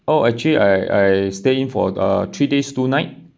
oh actually I I stay in for uh three days two night